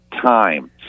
time